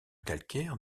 calcaire